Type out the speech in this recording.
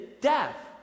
death